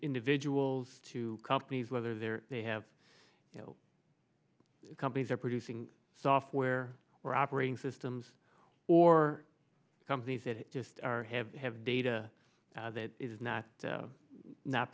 individuals to companies whether they're they have you know companies are producing software or operating systems or companies that just are have have data that is not